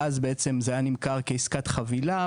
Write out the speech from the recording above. ואז בעצם זה היה נמכר כעסקת חבילה,